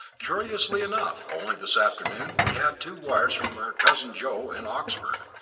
curiously enough, only this afternoon we had two wires from our cousin joe in oxford,